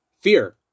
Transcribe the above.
fear